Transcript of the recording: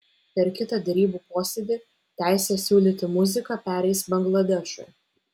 per kitą derybų posėdį teisė siūlyti muziką pereis bangladešui